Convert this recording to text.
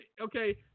okay